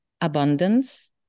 abundance